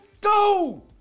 go